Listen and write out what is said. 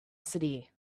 city